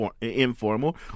informal